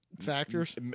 factors